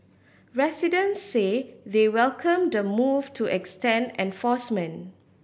residents say they welcome the move to extend enforcement